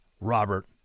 Robert